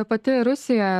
pati rusija